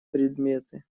предметы